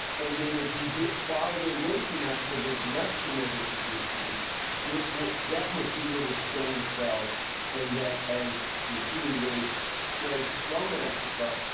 and then as you get further away from africa, there's less genetic diversity therefore that must be where the stone fell and as the human race spread from africa,